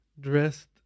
dressed